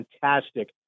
fantastic